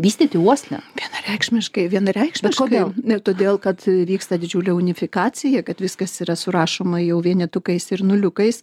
vystyti uoslę vienareikšmiškai vienareikšmiai kodėl na todėl kad vyksta didžiulė unifikacija kad viskas yra surašoma jau vienetukais ir nuliukais